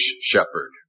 shepherd